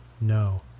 No